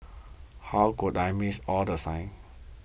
how could I missed all the signs